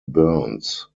burns